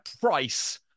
price